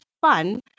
fun